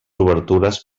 obertures